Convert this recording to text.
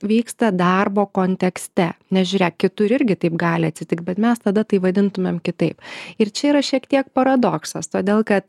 vyksta darbo kontekste nes žiūrėk kitur irgi taip gali atsitikt bet mes tada tai vadintumėm kitaip ir čia yra šiek tiek paradoksas todėl kad